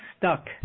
stuck